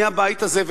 מהבית הזה,